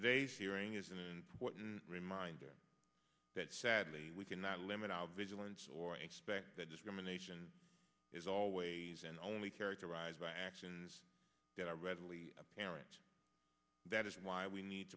today's hearing is an important reminder that sadly we cannot limit our vigilance or expect that discrimination is always and only characterized by actions that are readily apparent that is why we need